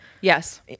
yes